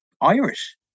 irish